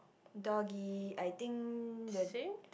doggy I think the